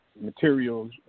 materials